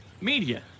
Media